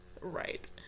right